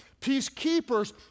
Peacekeepers